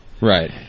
right